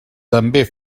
també